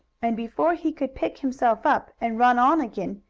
and before he could pick himself up, and run on again,